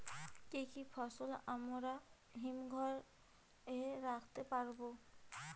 কি কি ফসল আমরা হিমঘর এ রাখতে পারব?